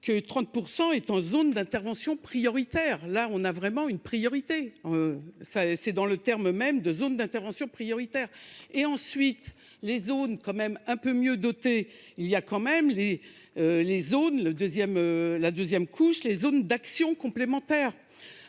que 30% est en zone d'intervention prioritaire, là on a vraiment une priorité. Ça c'est dans le terme même de zones d'intervention prioritaire et ensuite les zones quand même un peu mieux dotées. Il y a quand même les. Les zones le deuxième la deuxième couche les zones d'actions complémentaires